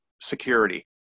security